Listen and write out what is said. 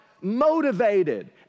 motivated